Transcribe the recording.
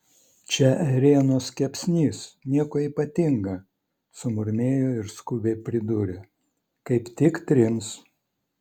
čia ėrienos kepsnys nieko ypatinga sumurmėjo ir skubiai pridūrė kaip tik trims